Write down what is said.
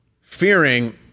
fearing